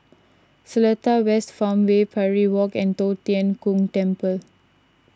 Seletar West Farmway Parry Walk and Tong Tien Kung Temple